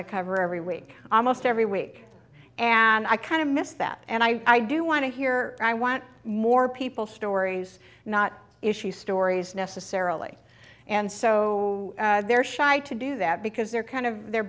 the cover every week almost every week and i kind of miss that and i do want to hear i want more people stories not issue stories necessarily and so they're shy to do that because they're kind of their